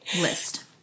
list